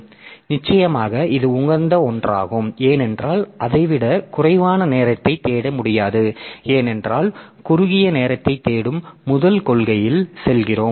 எனவே நிச்சயமாக இது உகந்த ஒன்றாகும் ஏனென்றால் அதை விட குறைவான நேரத்தை தேட முடியாது ஏனென்றால் குறுகிய நேரத்தை தேடும் முதல் கொள்கையில் செல்கிறோம்